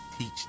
teach